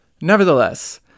Nevertheless